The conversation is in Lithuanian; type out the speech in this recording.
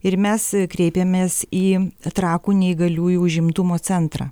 ir mes kreipėmės į trakų neįgaliųjų užimtumo centrą